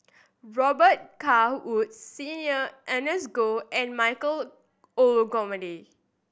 Robet Carr Woods Senior Ernest Goh and Michael Olcomendy